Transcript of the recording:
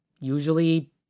usually